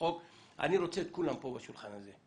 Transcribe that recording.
אני רוצה את כולם פה בשולחן הזה,